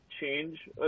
change